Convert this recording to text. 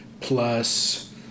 plus